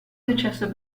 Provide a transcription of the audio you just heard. successo